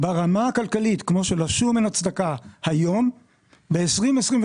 כמו שלשום אין הצדקה היום ברמה הכלכלית,